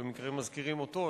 במקרה הם מזכירים אותו,